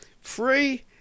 free